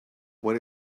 why